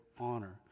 honor